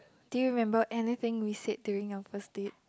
do you remember anything we said during your first date